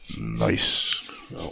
Nice